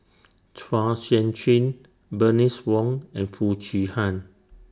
Chua Sian Chin Bernice Wong and Foo Chee Han